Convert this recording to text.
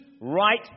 right